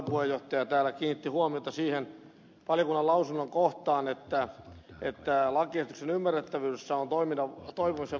gustafsson kiinnitti huomiota siihen valiokunnan lausunnon kohtaan että lakiesityksen ymmärrettävyydessä on toivomisen varaa